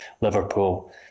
Liverpool